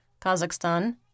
Kazakhstan